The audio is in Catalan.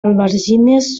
albergínies